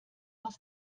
aus